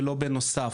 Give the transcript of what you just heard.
ולא בנוסף.